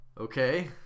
Okay